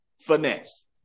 finesse